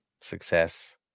success